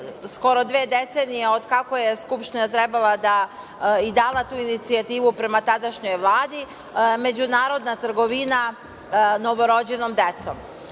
skoro dve decenije od kako je Skupština trebala i dala tu inicijativu prema tadašnjoj Vladi, međunarodna trgovina novorođenom decom. Ono